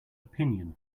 opinion